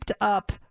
up